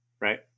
right